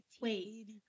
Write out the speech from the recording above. wait